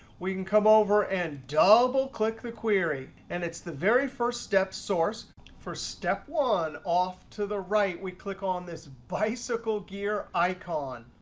we can come over and double click the query. and it's the very first step source for step one. off to the right we click on this bicycle gear icon.